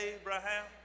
Abraham